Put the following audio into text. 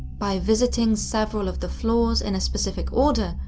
by visiting several of the floors in a specific order,